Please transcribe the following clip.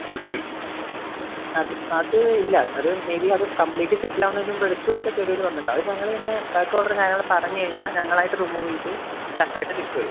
അത് അത് ഇല്ല അത് മേയ് ബി അത് കംപ്ലീറ്റ് സെറ്റിൽ ആവുന്നതിന് മുമ്പ് എടുത്ത് വച്ചാൽ ചിലവിൽ വന്നിട്ടുണ്ടാവും അത് ഞങ്ങൾ ഇങ്ങനെ പാക്ക് ഓർഡർ കാര്യങ്ങൾ പറഞ്ഞ് കയിഞ്ഞാൽ ഞങ്ങളായിട്ട് റിമൂവ് ചെയ്ത് കറക്ട് ആയിട്ട് തിരിച്ച് വരും